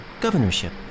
governorship